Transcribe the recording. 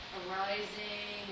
arising